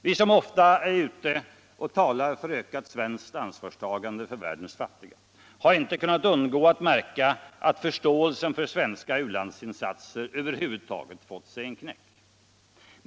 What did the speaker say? Vi som ofta är ute och talar för ökat svenskt ansvarstagande för världens fattiga har inte kunnat undgå att märka att förståelsen för svenska u-landsinsatser över huvud taget fått sig en knäck.